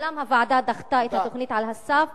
אולם הוועדה דחתה את התוכנית על הסף.